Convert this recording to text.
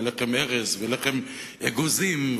ולחם ארז ולחם אגוזים,